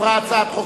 התקבלה הצעת חוק